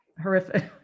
horrific